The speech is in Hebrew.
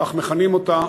כך מכנים אותה,